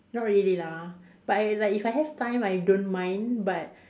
not really lah but like if I have time I don't mind but